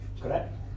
Correct